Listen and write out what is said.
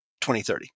2030